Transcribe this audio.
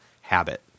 habit